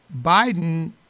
Biden